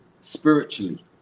spiritually